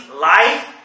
life